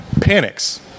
panics